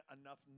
enough